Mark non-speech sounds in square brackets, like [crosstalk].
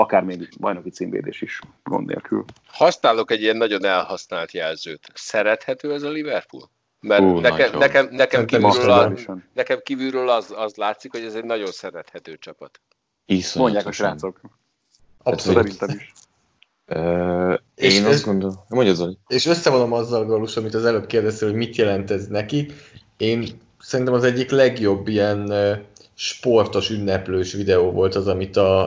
Akár még bajnoki címvédés is gond nélkül. Használok egy ilyen nagyon elhasznált jelzőt. Szerethető ez a Liverpool? Mert Ú, nekem- nagyon. nekem- nekem Szerintem is, kívülről a- szerintem is. nekem kívülről az- az látszik, hogy ez egy nagyon szerethető csapat. Iszonyatosan. Mondják a srácok. Abszolút. Szerintem is. [laughs] Ö, És én [laughs] azt össz- gondolom- Mondj, Zoli. és összevonom azzal, Galus, amit az előbb kérdeztél, hogy mit jelent ez neki. Én szerintem az egyik legjobb ilyen, ö, sportos, ünneplős videó volt az, amit a-